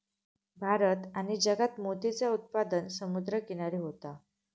भारत आणि जगात मोतीचा उत्पादन समुद्र किनारी होता